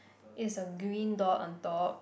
is a green door on top